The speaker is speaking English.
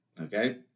okay